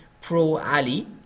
pro-Ali